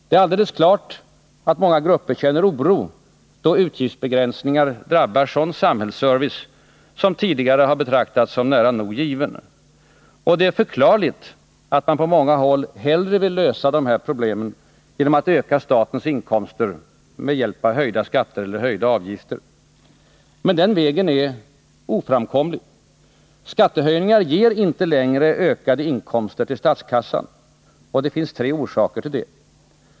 Det är alldeles klart att många grupper känner oro då utgiftsbegränsningar drabbar sådan samhällsservice som tidigare betraktats som nära nog given. Det är förklarligt att man på många håll hellre vill lösa problemen genom att öka statens inkomster med hjälp av höjda skatter eller avgifter. Men den vägen är oframkomlig. Skattehöjningar ger inte längre ökade inkomster till statskassan. Det finns tre orsaker härtill.